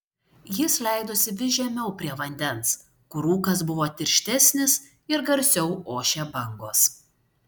jis leidosi vis žemiau prie vandens kur rūkas buvo tirštesnis ir garsiau ošė bangos